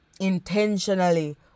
intentionally